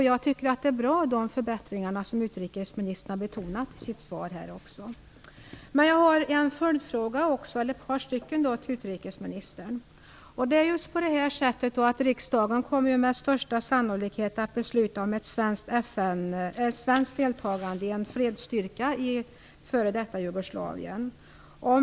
Jag tycker att de förbättringar som utrikesministern har betonat i sitt svar är bra. Men jag har ett par följdfrågor till utrikesministern. Riksdagen kommer med största sannolikhet att besluta om ett svenskt deltagande i en fredsstyrka i f.d. Jugoslavien.